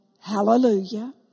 Hallelujah